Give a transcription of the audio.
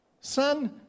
Son